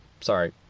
sorry